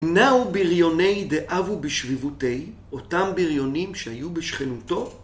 נהו בריוני דהוו בשבבותיה , אותם בריונים שהיו בשכנותו?